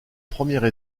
première